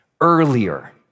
earlier